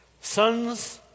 Sons